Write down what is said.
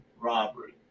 robbery